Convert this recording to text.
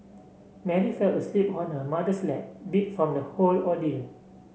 Mary fell asleep on her mother's lap beat from the whole ordeal